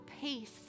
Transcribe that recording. peace